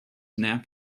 nap